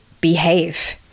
behave